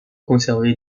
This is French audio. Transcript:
conservé